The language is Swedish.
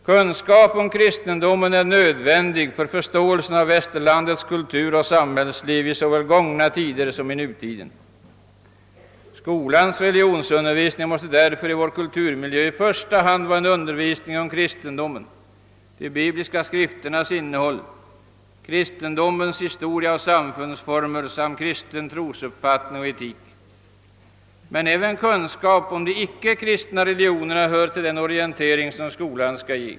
Kunskap om kristendomen är nödvändig för förståelsen av västerlandets kulturoch samhällsliv såväl i gångna tider som i nutiden. Skolans religionsundervisning måste därför i vår kulturmiljö i första hand vara en undervisning om kristendomen, de bibliska skrifternas innehåll, kristendomens historia och samfundsformer samt kristen trosuppfattning och etik. Men även kunskap om de icke-kristna religionerna hör till den orientering som skolan skall ge.